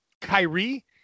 Kyrie